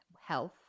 health